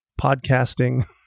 podcasting